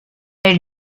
elle